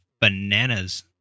bananas